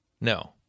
No